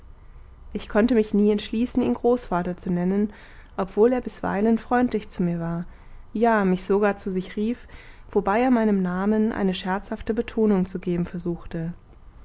ich konnte mich nie entschließen ihn großvater zu nennen obwohl er bisweilen freundlich zu mir war ja mich sogar zu sich rief wobei er meinem namen eine scherzhafte betonung zu geben versuchte